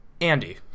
Andy